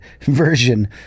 version